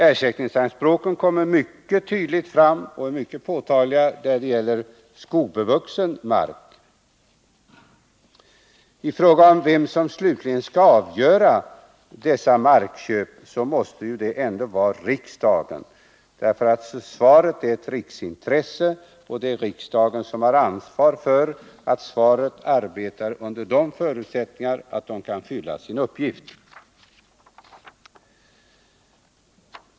Ersättningsanspråken är mycket påtagliga när det gäller skogbevuxen mark. Den som slutligen skall avgöra dessa markköp måste ändå vara riksdagen. Försvaret är ju ett riksintresse, och det är riksdagen som har ansvaret för att försvaret kan arbeta under sådana förutsättningar att det kan fylla sin uppgift.